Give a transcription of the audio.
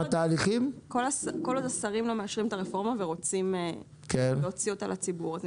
כל עוד השרים לא מאשרים את הרפורמה ורוצים להוציא אותה לציבור.